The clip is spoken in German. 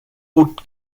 gut